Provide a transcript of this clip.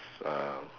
a